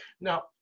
Now